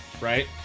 right